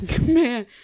man